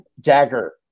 Dagger